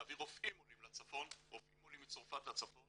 להביא רופאים עולים מצרפת לצפון